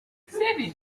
seven